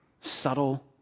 subtle